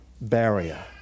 barrier